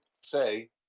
say